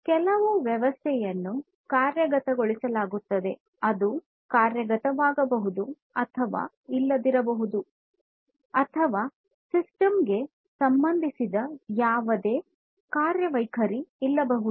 ಕೆಲವು ವ್ಯವಸ್ಥೆಯನ್ನು ಕಾರ್ಯಗತವಾಗಬಹುದು ಅಥವಾ ಇಲ್ಲದಿರಬಹುದು ಅಥವಾ ಸಿಸ್ಟಮ್ ಗೆ ಸಂಬಂಧಿಸಿದ ಯಾವುದೇ ಕಾರ್ಯವೈಖರಿ ಇಲ್ಲದಿರಬಹುದು